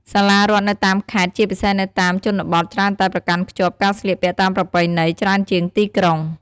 សាលារដ្ឋនៅតាមខេត្ត ជាពិសេសនៅតាមជនបទច្រើនតែប្រកាន់ខ្ជាប់ការស្លៀកពាក់តាមប្រពៃណីច្រើនជាងទីក្រុង។